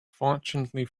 fortunately